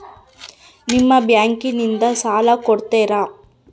ನಿಮ್ಮ ಬ್ಯಾಂಕಿನಿಂದ ಸಾಲ ಕೊಡ್ತೇರಾ?